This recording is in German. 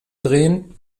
drehen